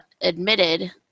admitted